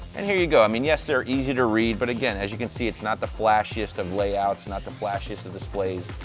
and here you go, i mean, yes, they're easy to read. but, again, as you can see, it's not the flashiest of layouts, not the flashiest of displays.